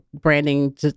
branding